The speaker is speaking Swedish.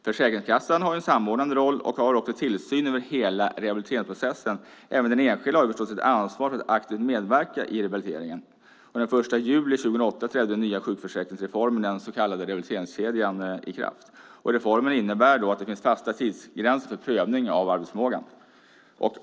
Försäkringskassan har en samordnande roll och har också tillsyn över hela rehabiliteringsprocessen. Även den enskilde har förstås ett ansvar för att aktivt medverka i rehabiliteringen. Den 1 juli 2008 trädde den nya sjukförsäkringsreformen, den så kallade rehabiliteringskedjan, i kraft. Reformen innebär att det finns fasta tidsgränser för prövning av arbetsförmågan.